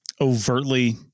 overtly